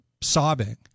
sobbing